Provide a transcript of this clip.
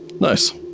Nice